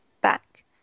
back